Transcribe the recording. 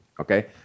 okay